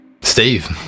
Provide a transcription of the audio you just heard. Steve